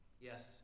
Yes